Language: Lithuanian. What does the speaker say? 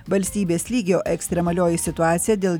valstybės lygio ekstremalioji situacija dėl